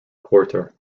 quarter